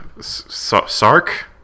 Sark